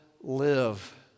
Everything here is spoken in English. live